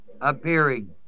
appearing